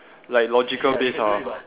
like logical based ah